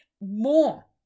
more